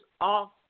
off